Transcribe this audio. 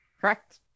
Correct